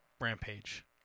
Rampage